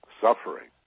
suffering